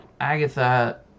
Agatha